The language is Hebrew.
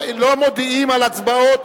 לא מודיעים על הצבעות,